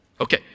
Okay